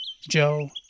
Joe